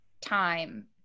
time